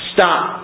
Stop